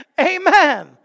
Amen